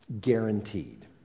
guaranteed